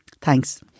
Thanks